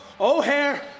O'Hare